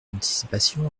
d’anticipation